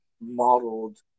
modeled